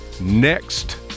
next